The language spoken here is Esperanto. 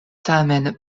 tamen